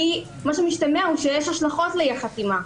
כי מה שמשתמע שיש השלכות לחתימה,